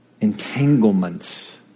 entanglements